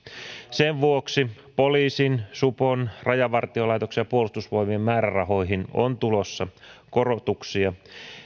sen vuoksi poliisin supon rajavartiolaitoksen ja puolustusvoimien määrärahoihin on tulossa korotuksia